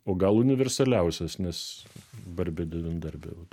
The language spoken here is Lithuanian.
o gal universaliausias nes barbė devyndarbė vat